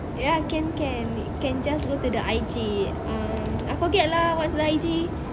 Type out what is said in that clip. ya can can can just go to the I_G ah I forget lah what's the I_G